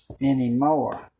anymore